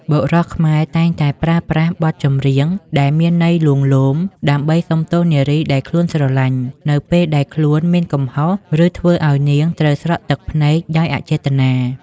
បុរសខ្មែរតែងតែប្រើប្រាស់បទចម្រៀងដែលមានន័យលួងលោម ដើម្បីសុំទោសនារីដែលខ្លួនស្រឡាញ់ នៅពេលដែលខ្លួនមានកំហុស ឬធ្វើឱ្យនាងត្រូវស្រក់ទឹកភ្នែកដោយអចេតនា។